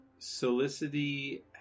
Solicity